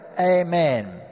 Amen